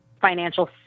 financial